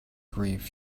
grief